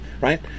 right